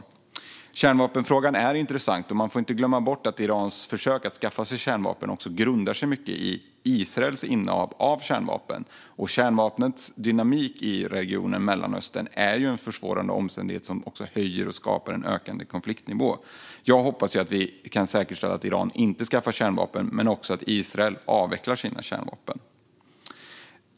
Kärnvapenfrågan är intressant. Man får inte glömma bort att Irans försök att skaffa sig kärnvapen grundar sig mycket i Israels innehav av kärnvapen. Kärnvapnets dynamik i regionen Mellanöstern är en försvårande omständighet som höjer och skapar en ökande konfliktnivå. Jag hoppas att vi kan säkerställa att Iran inte skaffar kärnvapen men också att Israel avvecklar sina kärnvapen.